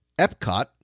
Epcot